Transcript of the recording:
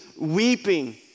weeping